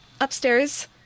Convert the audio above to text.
upstairs